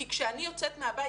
כי כשאני יוצאת מהבית,